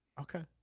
Okay